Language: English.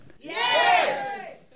yes